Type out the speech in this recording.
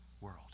world